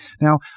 Now